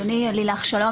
לילך שלום,